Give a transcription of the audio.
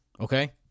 okay